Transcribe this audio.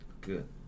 Good